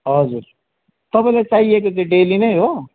हजुर तपाईँलाई चाहिएको चाहिँ डेली नै हो